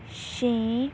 ਛੇ